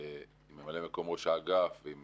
עם ממלא מקום ראש האגף ועם